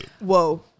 Whoa